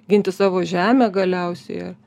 ginti savo žemę galiausiai